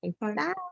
Bye